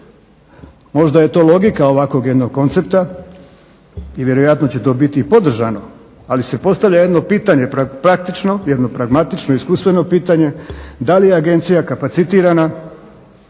Možda je to logika ovakvog jednog koncepta i vjerojatno će to biti i podržano, ali se postavlja jedno pitanje praktično, jedno pragmatično iskustveno pitanje da li je agencija kapacitirana